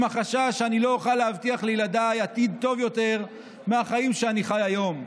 עם החשש שאני לא אוכל להבטיח לילדיי עתיד טוב יותר מהחיים שאני חי היום.